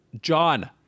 John